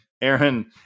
aaron